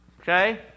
okay